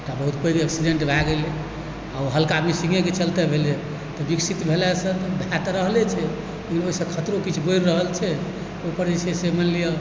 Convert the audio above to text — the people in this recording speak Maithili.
एकटा बहुत पैघ एक्सीडेण्ट भए गेलै आओर ओ हल्का मिसिंगेके चलते भेलै हँ तऽ विकसित भेनेसँ भए तऽ रहले छै लेकिन ओहिसँ खतरो किछु बढ़ि रहल छै ओकर जे छै से मानि लिअ